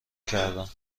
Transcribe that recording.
کردم